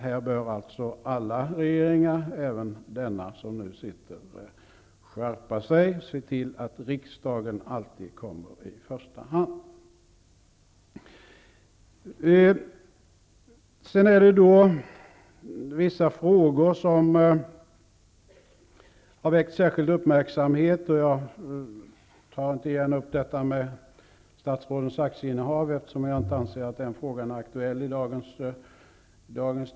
Där bör alltså alla regeringar, även den nu sittande, skärpa sig och se till att riksdagen alltid kommer i första hand. Sedan är det vissa frågor som har väckt särskild uppmärksamhet. Jag tänker inte ta upp igen detta med statsrådens aktieinnehav, eftersom jag inte anser att frågan är aktuell i dagens debatt.